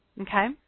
Okay